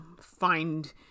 find